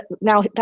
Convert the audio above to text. now